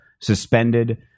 suspended